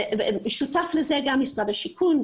שותף לזה גם משרד השיכון,